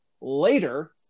later